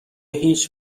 هیچ